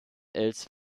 els